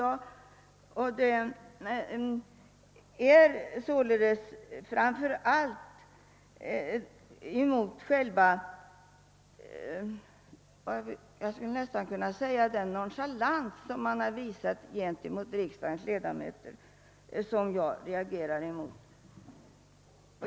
Det är således framför allt mot själva — jag skulle nästan vilja säga — den nonchalans som man har visat mot riksdagens ledamöter som jag reagerar.